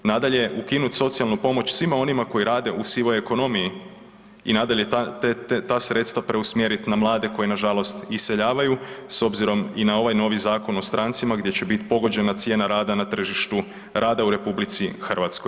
Nadalje, ukinut socijalnu pomoć svima onima koji rade u sivoj ekonomiji i nadalje ta sredstva preusmjerit na mlade koji nažalost iseljavaju s obzirom i na ovaj novi Zakon o strancima gdje će bit pogođena cijena rada na tržištu, rada u RH.